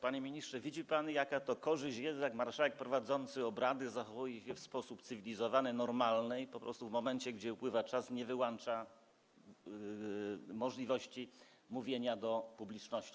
Panie ministrze, widzi pan, jaka to korzyść, jak marszałek prowadzący obrady zachowuje się w sposób cywilizowany, normalny i po prostu w momencie, gdy upływa czas, nie wyłącza możliwości mówienia do publiczności?